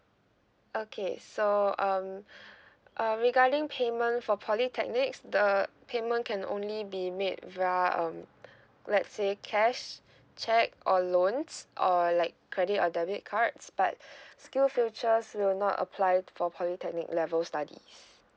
okay so um um regarding payment for polytechnics the payment can only be made via um let's say cash cheque or loans or like credit or debit cards but skill future will not apply for polytechnic level studies